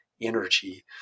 energy